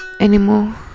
...anymore